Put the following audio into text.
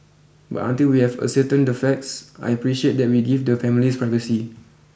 but until we have ascertained the facts I appreciate that we give the families privacy